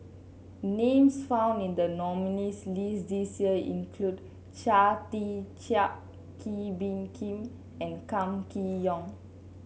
names found in the nominees' list this year include Chia Tee Chiak Kee Bee Khim and Kam Kee Yong